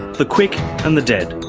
the quick and the dead.